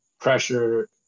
pressure